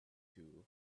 two